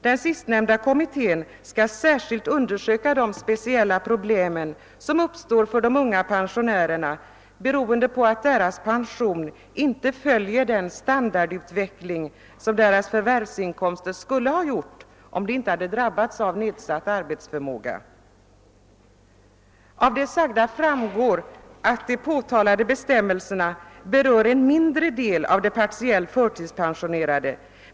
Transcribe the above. Den sistnämnda kommittén skall särskilt undersöka de speciella problem, som uppstår för de unga pensionärerna på grund av att deras pension inte följer den standardutveckling som deras förvärvsinkomster skulle ha undergått, om vederbörande inte hade drabbats av nedsatt arbetsförmåga. Av det sagda framgår att de påtalade bestämmelserna berör en mindre del av de partiellt arbetsföra.